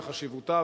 בחשיבותה,